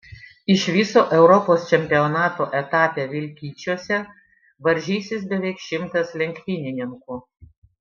iš viso europos čempionato etape vilkyčiuose varžysis beveik šimtas lenktynininkų